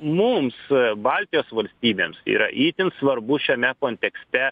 mums baltijos valstybėms yra itin svarbu šiame kontekste